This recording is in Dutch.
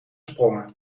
sprongen